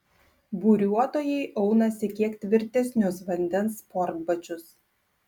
buriuotojai aunasi kiek tvirtesnius vandens sportbačius